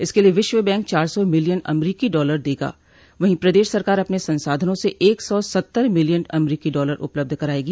इसके लिये विश्व बैंक चार सौ मिलियन अमरीकी डॉलर देगा वहीं प्रदेश सरकार अपने संसाधनों से एक सौ सत्तर मिलियन अमरीकी डॉलर उपलब्ध करायेगी